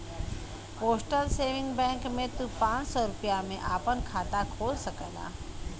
postal saving bank में तू पांच सौ रूपया में आपन खाता खोल सकला